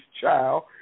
child